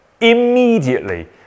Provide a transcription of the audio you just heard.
Immediately